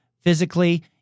physically